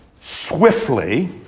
swiftly